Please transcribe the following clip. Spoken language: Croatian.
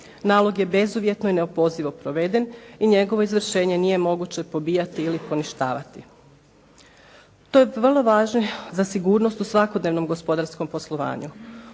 Nalog je bezuvjetno i neopozivo proveden i njegovo izvršenje nije moguće pobijati ili poništavati. To je vrlo važno za sigurnost u svakodnevnom gospodarskom poslovanju.